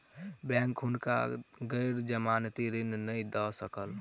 bank हुनका गैर जमानती ऋण नै दय सकल